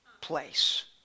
place